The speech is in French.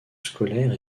scolaires